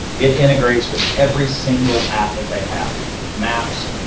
it integrates with every single app that they have maps.